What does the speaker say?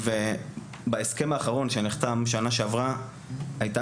בהסכם האחרון שנחתם שנה שעברה הייתה